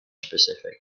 specific